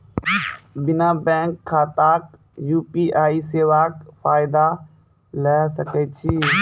बिना बैंक खाताक यु.पी.आई सेवाक फायदा ले सकै छी?